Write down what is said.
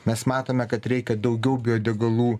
mes matome kad reikia daugiau biodegalų